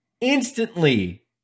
instantly